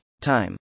time